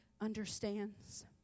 understands